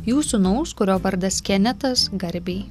jų sūnaus kurio vardas kenetas garbei